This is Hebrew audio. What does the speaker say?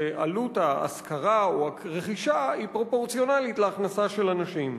שעלות ההשכרה או הרכישה היא פרופורציונלית להכנסה של אנשים.